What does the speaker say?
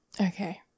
Okay